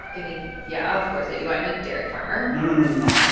i mean, yeah, of course i do. i'm a dairy farmer no, no, no, no, no.